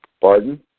Pardon